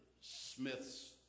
Smith's